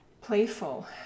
playful